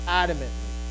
adamantly